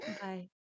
Bye